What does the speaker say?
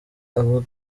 aba